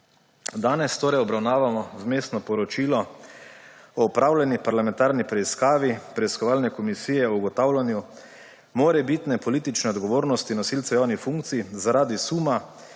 Danes torej obravnavamo Vmesno poročilo o opravljeni parlamentarni preiskavi Preiskovalne komisije o ugotavljanju morebitne politične odgovornosti nosilcev javnih funkcij zaradi suma